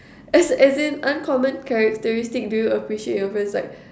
as as in uncommon characteristic do you appreciate your friends like